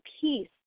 peace